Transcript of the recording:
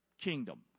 kingdom